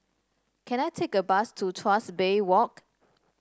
can I take a bus to Tuas Bay Walk